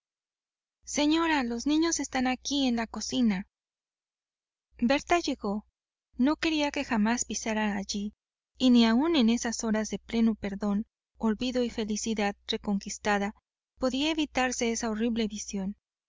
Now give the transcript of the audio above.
señora los niños están aquí en la cocina berta llegó no quería que jamás pisaran allí y ni aún en esas horas de pleno perdón olvido y felicidad reconquistada podía evitarse esa horrible visión